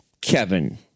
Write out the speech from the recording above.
Kevin